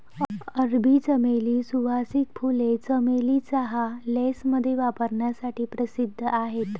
अरबी चमेली, सुवासिक फुले, चमेली चहा, लेसमध्ये वापरण्यासाठी प्रसिद्ध आहेत